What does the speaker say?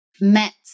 met